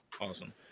awesome